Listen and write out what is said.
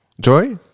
Joy